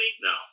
No